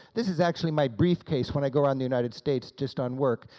this is actually my briefcase when i go around the united states just on work.